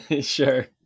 Sure